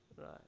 right